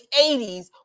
80s